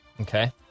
Okay